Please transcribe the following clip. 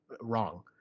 wrong